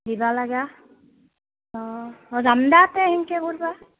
দিব লগা অঁ অঁ যাম দা তে সিনকে ফুৰিব